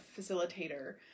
facilitator